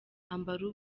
ambara